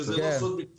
שזה לא סודי.